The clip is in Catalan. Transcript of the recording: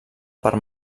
per